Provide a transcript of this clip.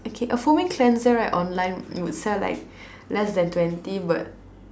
okay a foaming cleanser right online would sell like less than twenty but